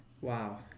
Wow